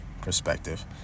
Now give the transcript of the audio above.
Perspective